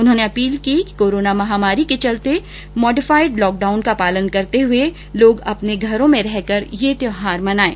उन्होंने अपील की है कि कोरोना महामारी के चलते लोग मॉडिफाइड लॉकडाउन का पालन करते हुए अपने घरों में रहकर ही यह त्योहार मनाएं